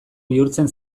bihurtzen